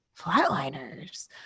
Flatliners